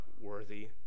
worthy